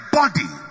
body